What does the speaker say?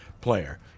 player